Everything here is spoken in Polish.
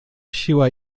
siła